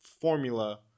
formula